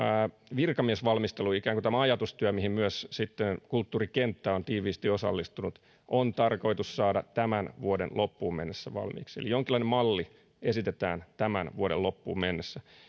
virkamiesvalmistelu ikään kuin tämä ajatustyö mihin myös kulttuurikenttä on tiiviisti osallistunut on tarkoitus saada tämän vuoden loppuun mennessä valmiiksi eli jonkinlainen malli esitetään tämän vuoden loppuun mennessä